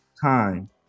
time